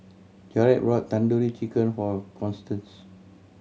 Jarrett bought Tandoori Chicken for Constance